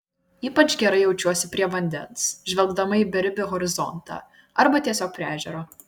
ypač gerai jaučiuosi prie vandens žvelgdama į beribį horizontą arba tiesiog prie ežero